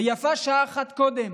ויפה שעה אחת קודם.